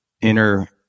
inner